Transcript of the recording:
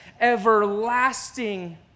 everlasting